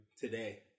today